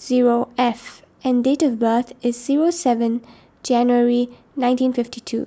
zero F and date of birth is zero seven January nineteen fifty two